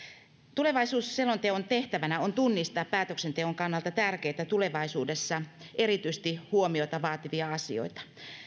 tulevaisuusselonteon tehtävänä on tunnistaa päätöksenteon kannalta tärkeitä tulevaisuudessa erityisesti huomiota vaativia asioita